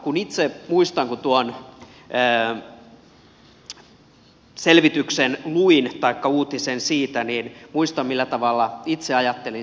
kun tuon uutisen siitä luin niin muistan millä tavalla itse ajattelin